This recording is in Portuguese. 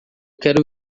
quero